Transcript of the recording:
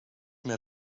més